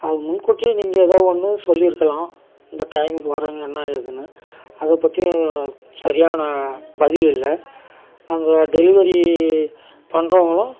அது முன்கூட்டியே நீங்கள் எதோ ஒன்று சொல்லியிருக்கலாம் இந்த டைமுக்கு வரேங்க என்ன ஏதுன்னு அதை பற்றியும் சரியான பதில் இல்லை அங்கே டெலிவரி பண்றவங்களும்